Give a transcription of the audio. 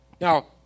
now